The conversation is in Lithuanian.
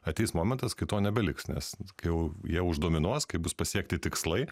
ateis momentas kai to nebeliks nes kai jau jie uždominuos kai bus pasiekti tikslai